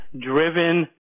driven